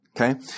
Okay